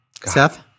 Seth